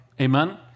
Amen